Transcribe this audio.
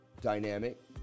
Dynamic